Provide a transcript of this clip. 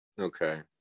Okay